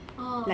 uh